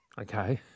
Okay